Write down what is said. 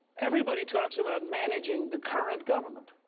everybody talks about managing the current government.